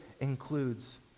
includes